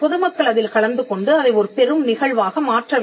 பொதுமக்கள் அதில் கலந்து கொண்டு அதை ஒரு பெரும் நிகழ்வாக மாற்ற வேண்டும்